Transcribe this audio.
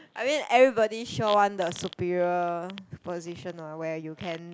I mean everybody sure want the superior position what where you can